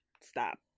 stop